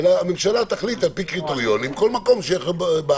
אלא הממשלה תחליט על פי קריטריונים כל מקום בארץ.